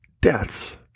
deaths